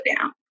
down